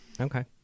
Okay